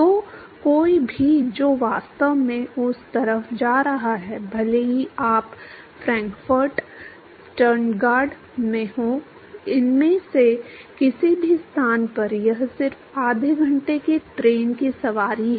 तो कोई भी जो वास्तव में उस तरफ जा रहा है भले ही आप फ्रैंकफर्ट स्टटगार्ट में हों इनमें से किसी भी स्थान पर यह सिर्फ आधे घंटे की ट्रेन की सवारी है